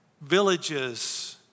villages